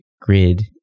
grid